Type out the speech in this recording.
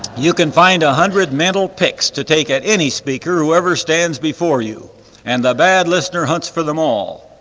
you can find a hundred mental pics to take at any speaker whoever stands before you and the bad listener hunts for them all.